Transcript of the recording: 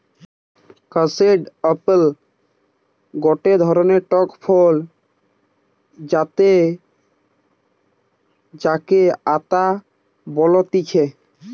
custard apple গটে ধরণের টক ফল যাতে যাকে আতা বলতিছে